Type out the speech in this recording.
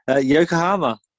Yokohama